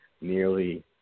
nearly